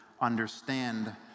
understand